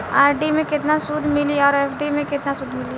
RD मे केतना सूद मिली आउर एफ.डी मे केतना सूद मिली?